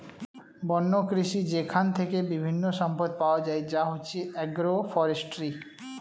বন্য কৃষি যেইখান থেকে বিভিন্ন সম্পদ পাওয়া যায় যা হচ্ছে এগ্রো ফরেষ্ট্রী